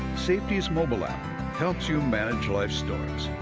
safety's mobile app helps you manage life's storms.